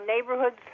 neighborhoods